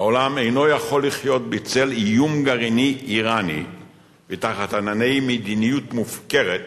העולם אינו יכול לחיות בצל איום גרעיני אירני ותחת ענני מדיניות מופקרת